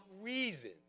reason